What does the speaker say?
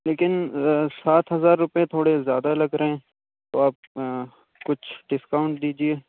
لیکن سات ہزار روپئے تھوڑے زیادہ لگ رہے ہیں تو آپ کچھ ڈسکاؤنٹ دیجیے